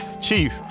Chief